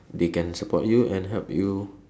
they can support you and help you